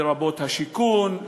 לרבות השיכון,